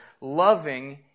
loving